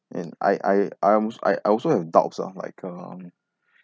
and I I I almost I I also have doubts ah like um